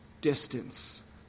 distance